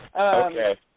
Okay